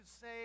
say